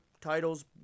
Titles